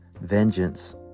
vengeance